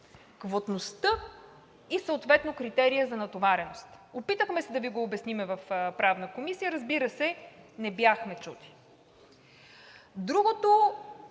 квотността и съответно критерият за натовареност. Опитахме се да Ви го обясним в Правната комисия, разбира се, не бяхме чути. Другото,